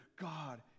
God